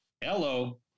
hello